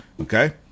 okay